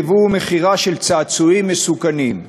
ייבוא ומכירה של צעצועים מסוכנים,